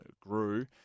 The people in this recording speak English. grew